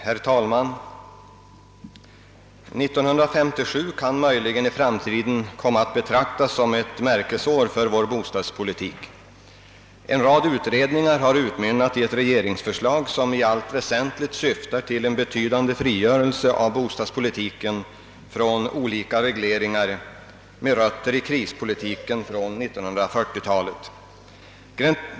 Herr talman! I framtiden kommer möjligen 1967 att betraktas som ett märkesår för vår bostadspolitik. En rad utredningar har nu utmynnat i ett regeringsförslag för bostadspolitiken, som i allt väsentligt syftar till en betydande frigörelse från olika regleringar med rötter i prispolitiken på 1940-talet.